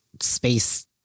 space